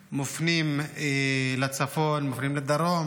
מופנים לצפון, מופנים לדרום,